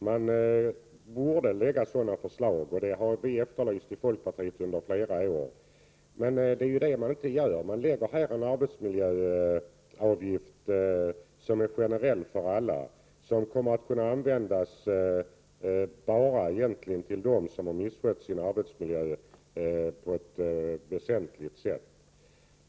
Man borde komma med sådana förslag, och det har vi i folkpartiet efterlyst under flera år, men det är det man inte gör. Man inför en arbetsmiljöavgift som är generell, och pengarna kommer egentligen bara dem till del som har misskött sin arbetsmiljö på ett väsentligt sätt.